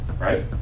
right